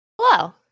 hello